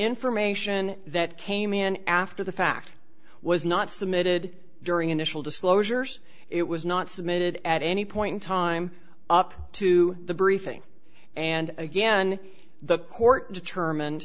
information that came in after the fact was not submitted during initial disclosures it was not submitted at any point in time up to the briefing and again the court determined